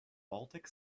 baltic